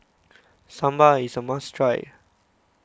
Sambar is a must try